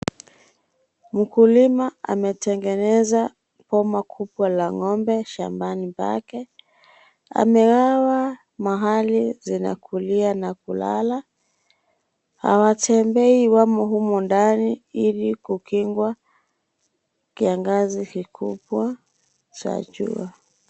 Mkulima ametengeneza boma kubwa la ng'ombe shambani pake . Amegawa mahali zinakulia na kulala . Hawatembei wamo humo ndani ili kukingwa kiangazi kikubwa cha jua .